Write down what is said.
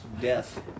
death